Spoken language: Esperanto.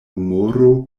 humoro